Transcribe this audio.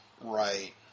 right